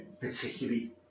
particularly